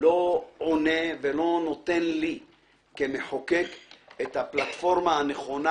לא עונה ולא נותן לי כמחוקק את הפלטפורמה הנכונה